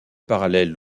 parallèle